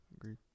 Agreed